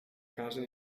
casa